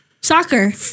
Soccer